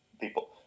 people